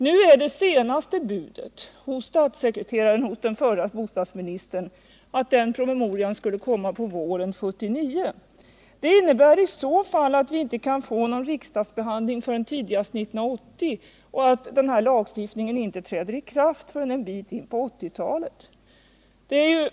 Nu är det senaste budet från statssekreteraren hos den förra bostadsministern att den promemorian skulle komma på våren 1979. Det innebär i så fall att vi inte kan få någon riksdagsbehandling förrän tidigast 1980 och att lagstiftningen inte träder i kraft förrän ett stycke in på 1980-talet.